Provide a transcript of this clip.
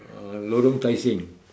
uh lorong tai seng